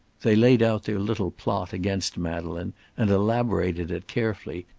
they laid out their little plot against madeleine and elaborated it carefully,